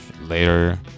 later